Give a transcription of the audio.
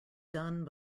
done